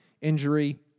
injury